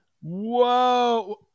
Whoa